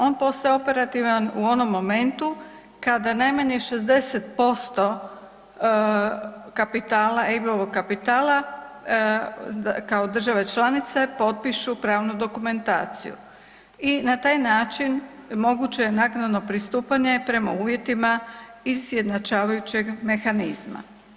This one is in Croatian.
On postaje operativan u onom momentu kada najmanje 60% kapitala EIB-ovog kapitala kao države članice potpišu pravnu dokumentaciju i na taj način moguće je naknadno pristupanje prema uvjetima izjednačavajućeg mehanizma.